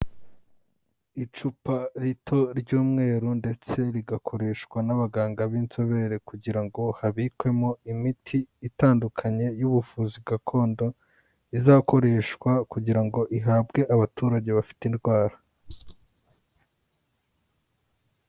Icupa rito ry'umweru ndetse rigakoreshwa n'abaganga b'inzobere kugira ngo habikwemo imiti itandukanye y'ubuvuzi gakondo izakoreshwa kugira ngo ihabwe abaturage bafite indwara.